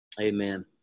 Amen